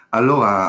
allora